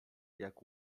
jak